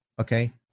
okay